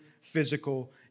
physical